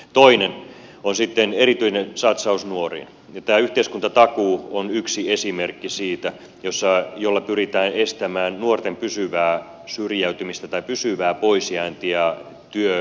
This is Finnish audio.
toinen on sitten erityinen satsaus nuoriin ja tämä yhteiskuntatakuu on yksi esimerkki siitä jolla pyritään estämään nuorten pysyvää syrjäytymistä tai pysyvää poisjääntiä työelämästä